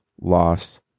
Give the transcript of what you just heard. loss